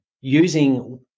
using –